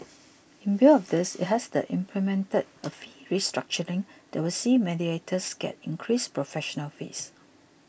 in view of this it has implemented a fee restructuring that will see mediators get increased professional fees